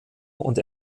und